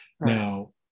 Now